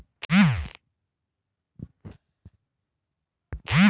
लेखन क्रिया के लेल भी बांस के प्रयोग कैल जाई छई